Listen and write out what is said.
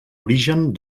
origen